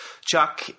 Chuck